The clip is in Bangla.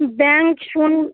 ব্যাংক শুন